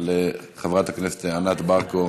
לחברת הכנסת ענת ברקו,